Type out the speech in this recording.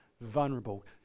vulnerable